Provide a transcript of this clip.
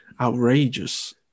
outrageous